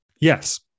Yes